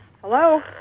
Hello